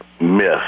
myth